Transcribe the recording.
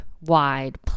wide